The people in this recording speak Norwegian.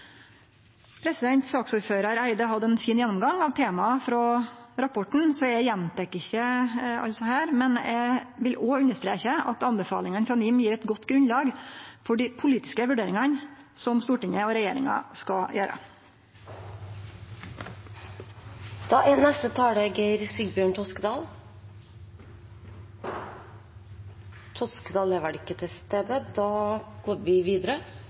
Saksordførar Eide hadde ein fin gjennomgang av temaa frå rapporten, så eg gjentek ikkje alt her. Men eg vil òg streke under at anbefalingane frå NIM gjev eit godt grunnlag for dei politiske vurderingane som Stortinget og regjeringa skal